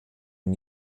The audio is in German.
new